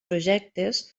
projectes